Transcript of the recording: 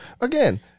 again